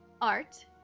art